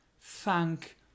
thank